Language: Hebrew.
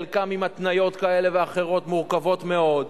חלקן עם התניות כאלה ואחרות, מורכבות מאוד.